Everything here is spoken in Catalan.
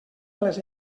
les